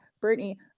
Brittany